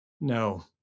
No